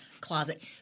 closet